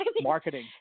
Marketing